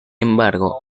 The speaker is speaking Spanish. embargo